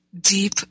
deep